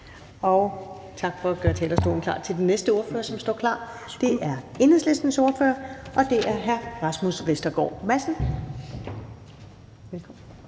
Tak for at gøre talerstolen klar til den næste ordfører, som står klar, og som er Enhedslistens ordfører, hr. Rasmus Vestergaard Madsen. Værsgo.